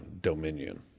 Dominion